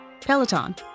Peloton